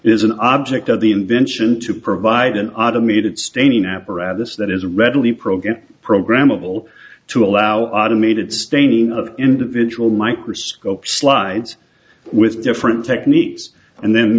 s an object of the invention to provide an automated staining apparatus that is readily programmed programmable to allow automated staining of individual microscope slides with different techniques and then